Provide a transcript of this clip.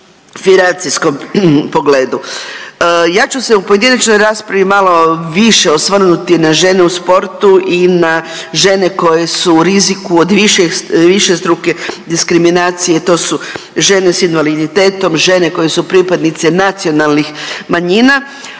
financijskom pogledu. Ja ću se u pojedinačnoj raspravi malo više osvrnuti na žene u sportu i na žene koje su u riziku od višestruke diskriminacije. To su žene sa invaliditetom, žene koje su pripadnice nacionalnih manjina.